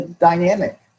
dynamic